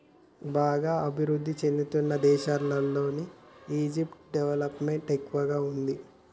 బాగా అభిరుద్ధి చెందుతున్న దేశాల్లో ఈ దెబ్ట్ డెవలప్ మెంట్ ఎక్కువగా ఉంటాది